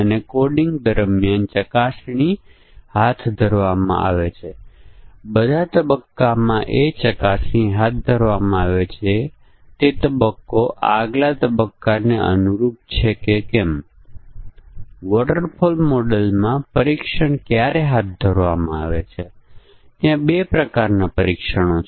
અને પછી તે દર્શાવે છે કે ત્રિકોણ છે તે ત્રિકોણ નથી જે તમે દાખલ કરેલ ત્રણ બાજુઓ પર આધારિત છે તે આઉટપુટ કરે છે કે તે એક સ્કેલિન આઇસોસીલ્સ ઇક્વિપ્યુલેટ ત્રિકોણ છે કે પછી તે ત્રિકોણ જ નથી